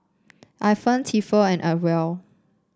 Ifan Tefal and Acwell